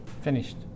Finished